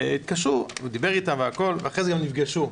הם התקשרו אליו, הוא דיבר איתם ואחרי זה הם נפגשו.